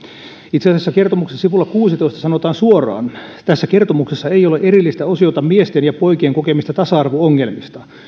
itse asiassa kertomuksen sivulla kuuteentoista sanotaan suoraan tässä kertomuksessa ei ole erillistä osiota miesten ja poikien kokemista tasa arvo ongelmista